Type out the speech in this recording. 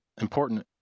important